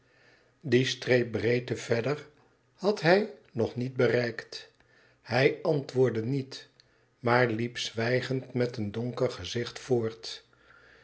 die streep breedte verder had hij nog niet bereikt hij antwoordde niet maar liep zwijgend met een donker gezicht voort